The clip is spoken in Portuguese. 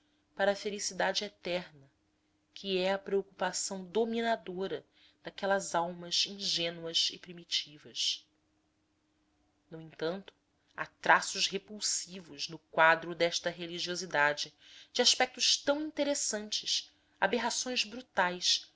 para a felicidade eterna que é a preocupação dominadora daquelas almas ingênuas e primitivas no entanto há traços repulsivos no quadro desta religiosidade de aspectos tão interessantes aberrações brutais